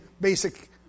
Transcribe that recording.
basic